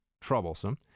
troublesome